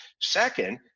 Second